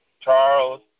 Charles